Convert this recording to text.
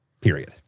period